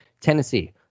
Tennessee